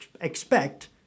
expect